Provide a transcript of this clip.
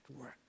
work